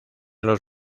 los